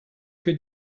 que